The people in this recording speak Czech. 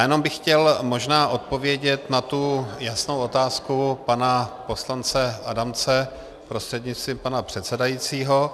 Jenom bych chtěl možná odpovědět na tu jasnou otázku pana poslance Adamce, prostřednictvím pana předsedajícího.